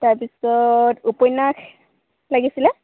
তাৰ পিছত উপন্যাস লাগিছিলে